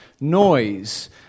Noise